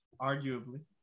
Arguably